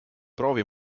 proovi